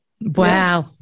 Wow